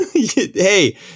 Hey